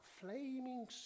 flaming